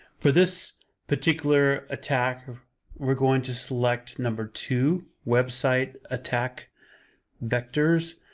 for this particular attack we're going to select number two, website attack vectors.